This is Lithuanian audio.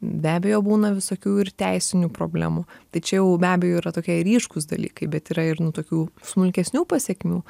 be abejo būna visokių ir teisinių problemų tai čia jau be abejo yra tokie ryškūs dalykai bet yra ir nu tokių smulkesnių pasekmių